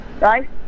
right